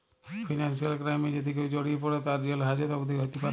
financial ক্রাইমে যদি কেউ জড়িয়ে পরে, তার জেল হাজত অবদি হ্যতে প্যরে